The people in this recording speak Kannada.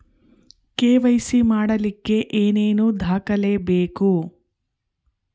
ಕೆ.ವೈ.ಸಿ ಮಾಡಲಿಕ್ಕೆ ಏನೇನು ದಾಖಲೆಬೇಕು?